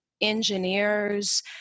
Engineers